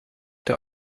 der